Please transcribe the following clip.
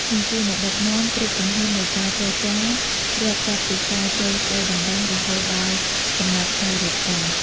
និងជា អ្នកដឹកនាំ គ្រប់ជំហាននៃការចរចា រាប់ចាប់ពីការចូលស្ដីដណ្ដឹងរហូតដល់កំណត់ថ្ងៃរៀបការ។